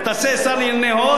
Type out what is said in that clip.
תעשה שר לענייני "הוט",